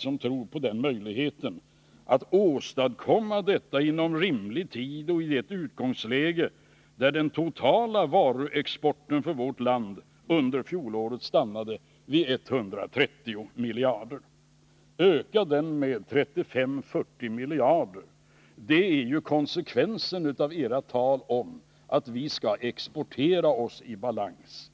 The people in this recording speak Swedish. som tror på möjligheten att åstadkomma detta inom rimlig tid och från ett utgångsläge där den totala varuexporten från vårt land under fjolåret stannade vid 130 miljarder kronor? En ökning av den exporten med 35 å 40 miljarder kronor är ju konsekvensen av ert tal om att vi skall exportera oss i balans.